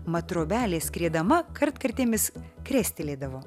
mat trobelė skriedama kartkartėmis krestelėdavo